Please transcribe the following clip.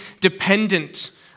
dependent